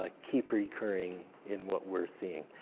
like keep recurring in what we're seeing.